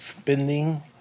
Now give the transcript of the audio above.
spending